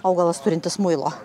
augalas turintis muilo